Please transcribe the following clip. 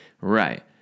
Right